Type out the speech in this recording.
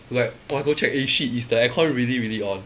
to like want to go check eh shit is the aircon really really on